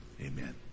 amen